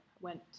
went